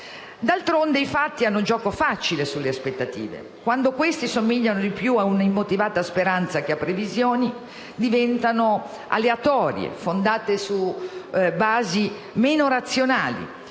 D'altronde, i fatti hanno gioco facile sulle aspettative; quando queste assomigliano più a una immotivata speranza che a previsioni, diventano aleatorie, fondate su basi meno razionali.